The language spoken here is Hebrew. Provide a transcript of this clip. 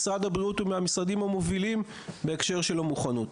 משרד הבריאות הוא מהמשרדים המובילים בהקשר של המוכנות.